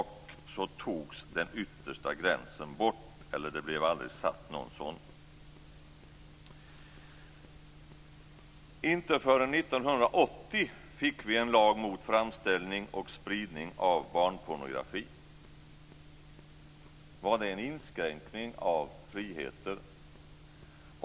Så togs den yttersta gränsen bort, eller någon sådan blev aldrig satt. Inte förrän 1980 fick vi en lag mot framställning och spridning av barnpornografi. Var det en inskränkning av friheten?